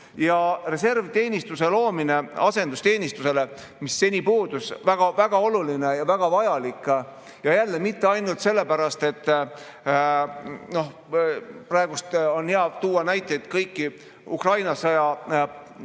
Reservteenistuse loomine asendusteenistusele, mis seni puudus – väga-väga oluline ja väga vajalik. Jälle mitte ainult sellepärast – praegu on hea tuua kõiki näiteid Ukraina sõja